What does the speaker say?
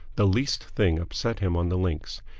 the least thing upset him on the links.